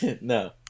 No